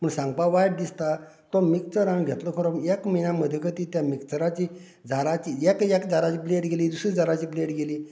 पूण सांगपा वायट दिसता तो मिक्सर हांवें घेतलो खरो पूण एक म्हयन्या मदगती त्या मिक्सराची त्या जाराची एक एक जाराची ब्लेड गेली दुसऱ्या जाराची ब्लेड गेली